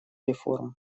реформ